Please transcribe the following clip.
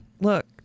Look